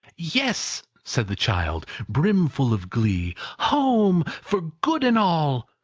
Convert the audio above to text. yes! said the child, brimful of glee. home, for good and all.